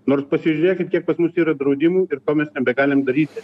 nors pasižiūrėkit kiek pas mus yra draudimų ir ko mes nebegalim daryti